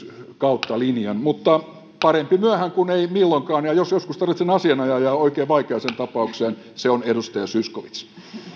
kautta linjan mutta parempi myöhään kuin ei milloinkaan ja jos joskus tarvitsen asianajajaa oikein vaikeaan tapaukseen se on edustaja zyskowicz